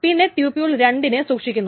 പിന്നെ ട്യൂപ്യൂൾ രണ്ടിനെ സൂക്ഷിക്കുന്നു